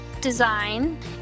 design